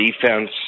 defense